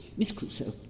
miss crusoe,